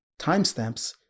timestamps